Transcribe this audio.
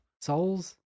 souls